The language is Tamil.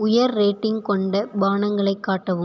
உயர் ரேட்டிங் கொண்ட பானங்களை காட்டவும்